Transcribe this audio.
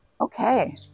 okay